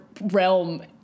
realm